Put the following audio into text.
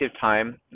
time